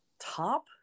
top